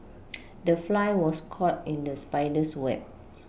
the fly was caught in the spider's web